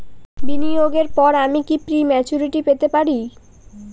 বিনিয়োগের পর আমি কি প্রিম্যচুরিটি পেতে পারি?